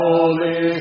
Holy